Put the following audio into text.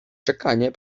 czekanie